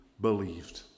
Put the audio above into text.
believed